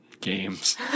games